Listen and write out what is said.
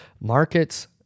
markets